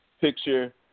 picture